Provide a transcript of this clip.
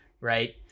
right